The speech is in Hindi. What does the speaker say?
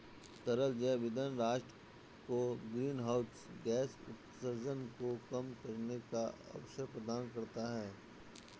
तरल जैव ईंधन राष्ट्र को ग्रीनहाउस गैस उत्सर्जन को कम करने का अवसर प्रदान करता है